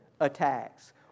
attacks